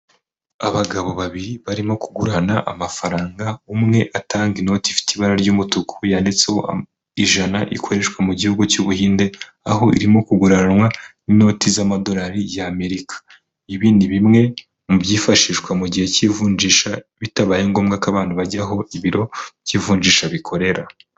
Abagabo babiri barimo kugurana amafaranga, umwe atanga inoti ifite ibara ry'umutuku yanditseho ijana ikoreshwa mu gihugu cy'Ubuhinde, aho irimo ku kuguranwa n'inoti z'amadolari y'Amerika, ibi ni bimwe mu byifashishwa mu gihe cy'ivunjisha, bitabaye ngombwa ko abantu bajya aho ibiro by'ivunjisha bikorera.